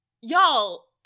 Y'all